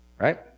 Right